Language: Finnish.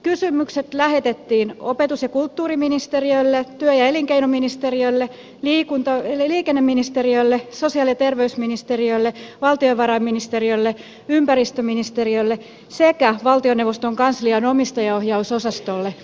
kysymykset lähetettiin opetus ja kulttuuriministeriölle työ ja elinkeinoministeriölle liikenneministeriölle sosiaali ja terveysministeriölle valtiovarainministeriölle ympäristöministeriölle sekä valtioneuvoston kanslian omistaja ohjausosastolle